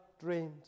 dreamed